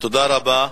תודה רבה.